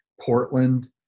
Portland